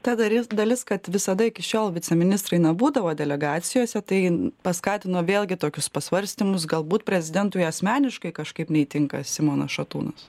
tą darys dalis kad visada iki šiol viceministrai na būdavo delegacijose tai paskatino vėlgi tokius pasvarstymus galbūt prezidentui asmeniškai kažkaip neįtinka simonas šatūnas